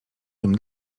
tym